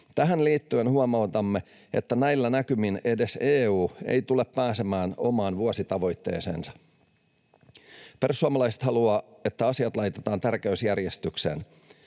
Tähän liittyen huomautamme, että näillä näkymin edes EU ei tule pääsemään omaan vuositavoitteeseensa. Perussuomalaiset haluavat, että asiat laitetaan tärkeysjärjestykseen.